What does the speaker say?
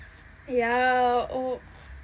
ya oh m~